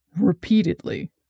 Repeatedly